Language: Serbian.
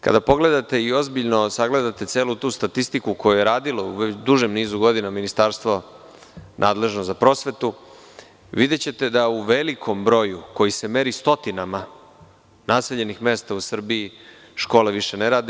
Kada pogledate i ozbiljno sagledate tu celu statistiku koju je radilo duži niz godina Ministarstvo prosvete, videćete da u velikom broju koji se meri stotinama naseljenih mesta u Srbiji, škole više ne rade.